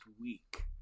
week